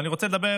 אני רוצה לדבר